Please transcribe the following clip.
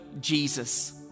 Jesus